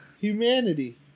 humanity